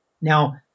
Now